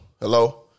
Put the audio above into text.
Hello